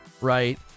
right